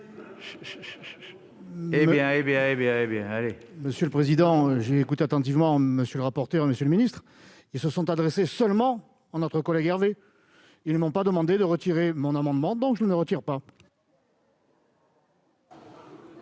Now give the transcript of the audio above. n° 122 est-il maintenu ? Monsieur le président, j'ai écouté attentivement M. le rapporteur et M. le ministre : ils se sont adressés uniquement à notre collègue Hervé. Ils ne m'ont pas demandé de retirer mon amendement, donc je ne le retire pas